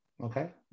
Okay